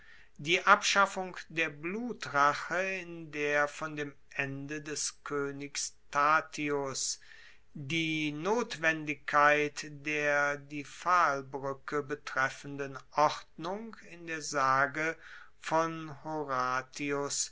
die abschaffung der blutrache in der von dem ende des koenigs tatius die notwendigkeit der die pfahlbruecke betreffenden ordnung in der sage von horatius